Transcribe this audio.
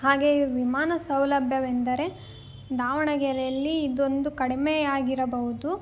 ಹಾಗೆಯೇ ವಿಮಾನ ಸೌಲಭ್ಯವೆಂದರೆ ದಾವಣಗೆರೆಯಲ್ಲಿ ಇದೊಂದು ಕಡಿಮೆಯಾಗಿರಬಹುದು